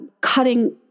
cutting